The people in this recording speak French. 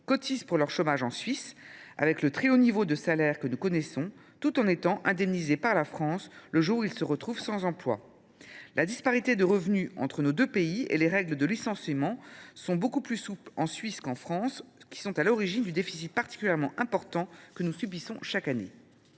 cotisent pour le chômage en Suisse, à raison des salaires très élevés qu’ils perçoivent, tout en étant indemnisés par la France le jour où ils se retrouvent sans emploi. La disparité de revenus entre nos deux pays et les règles de licenciement, beaucoup plus souples en Suisse qu’en France, sont à l’origine du déficit particulièrement important que nous subissons chaque année.